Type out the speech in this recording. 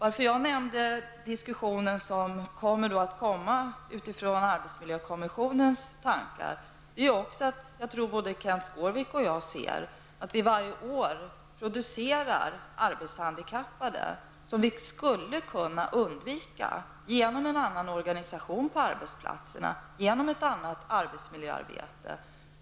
Att jag nämnde den diskussion som kommer att uppstå med utgångspunkt i arbetsmiljökommissionens tankar beror på att jag tror att både Kenth Skårvik och jag ser att det varje år produceras arbetshandikappade som skulle kunna undvikas med hjälp av en annan organisation på arbetsplatserna och ett annat arbetsmiljöarbete.